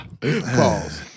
Pause